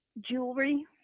jewelry